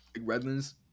Redlands